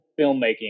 filmmaking